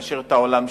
להעשיר את העולם שלהם,